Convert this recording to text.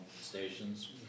stations